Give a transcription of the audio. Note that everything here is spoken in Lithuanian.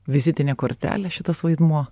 vizitinė kortelė šitas vaidmuo